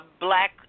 black